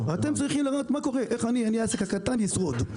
אתם צריכים לראות איך אני, העסק הקטן, אשרוד.